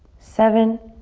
seven,